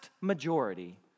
majority